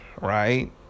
right